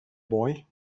boy